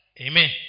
Amen